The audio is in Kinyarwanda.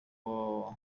www